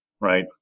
right